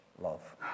love